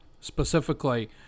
specifically